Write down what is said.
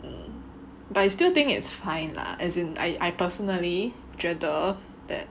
mm but I still think it's fine lah as in I I personally 觉得 that